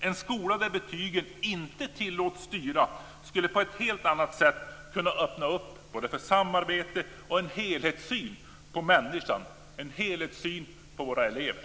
En skola där betygen inte tillåts styra skulle på ett helt annat sätt kunna öppna för samarbete och en helhetssyn på människan - en helhetssyn på våra elever.